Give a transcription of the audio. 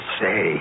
say